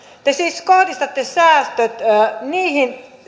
te siis kohdistatte säästöt niihin